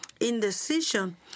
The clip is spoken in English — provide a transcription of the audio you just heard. indecision